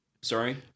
Sorry